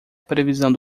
previsão